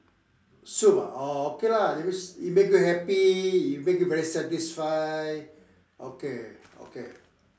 soup ah oh okay lah that means it make you happy it make you very satisfied okay okay